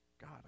God